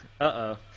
Uh-oh